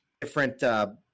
different